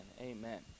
Amen